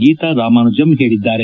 ಗೀತಾ ರಾಮಾನುಜಮ್ ಹೇಳಿದ್ದಾರೆ